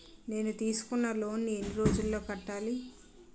నేను తీసుకున్న లోన్ నీ ఎన్ని రోజుల్లో కట్టాలి?